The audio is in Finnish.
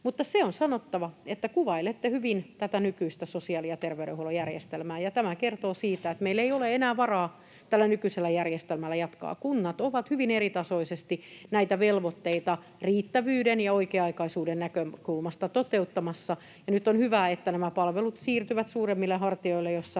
Mutta se on sanottava, että kuvailette hyvin tätä nykyistä sosiaali- ja terveydenhuollon järjestelmää, ja tämä kertoo siitä, että meillä ei ole enää varaa tällä nykyisellä järjestelmällä jatkaa. Kunnat ovat hyvin eritasoisesti näitä velvoitteita riittävyyden ja oikea-aikaisuuden näkökulmasta toteuttamassa, ja nyt on hyvä, että nämä palvelut siirtyvät suuremmille hartioille,